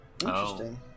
Interesting